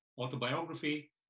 autobiography